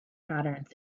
patterns